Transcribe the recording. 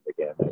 Again